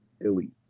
elite